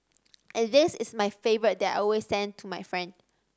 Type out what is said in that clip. and this is my favourite that I always send to my friends